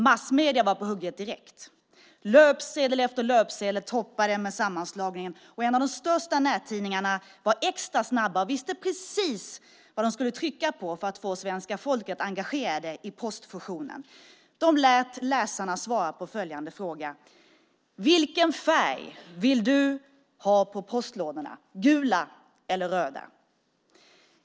Massmedierna var på hugget direkt. Löpsedel efter löpsedel toppade med sammanslagningen. En av de största nättidningarna var extra snabb och visste precis vad de skulle trycka på för att få svenska folket engagerat i postfusionen. De lät läsarna svara på följande fråga: Vilken färg vill du ha på postlådorna, gula eller röda?